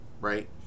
right